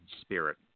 spirit